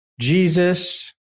Jesus